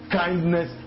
kindness